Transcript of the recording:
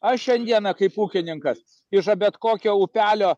aš šiandieną kaip ūkininkas iš bet kokio upelio